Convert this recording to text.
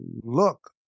look